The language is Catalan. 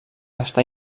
està